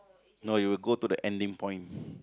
no you go to the ending point